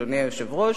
אדוני היושב-ראש,